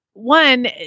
One